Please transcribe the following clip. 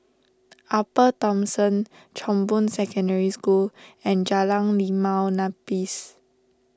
Upper Thomson Chong Boon Secondary School and Jalan Limau Nipis